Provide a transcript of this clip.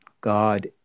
God